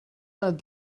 and